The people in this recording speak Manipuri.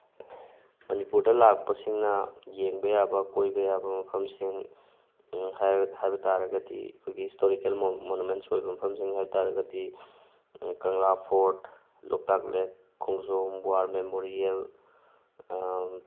ꯃꯅꯤꯄꯨꯔꯗ ꯂꯥꯛꯄꯁꯤꯡꯅ ꯌꯦꯡꯕ ꯌꯥꯕ ꯀꯣꯏꯕ ꯌꯥꯕ ꯃꯐꯝꯁꯤꯡ ꯍꯥꯏꯕ ꯇꯥꯔꯒꯗꯤ ꯑꯩꯈꯣꯏꯒꯤ ꯍꯤꯁꯇꯣꯔꯤꯀꯦꯜ ꯃꯣꯅꯨꯃꯦꯟꯁ ꯑꯣꯏꯕ ꯃꯐꯝꯁꯤꯡ ꯍꯥꯏꯕ ꯇꯥꯔꯒꯗꯤ Kangla fort Loktak lake Khongjom war memorial